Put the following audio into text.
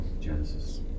Genesis